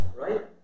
right